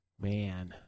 Man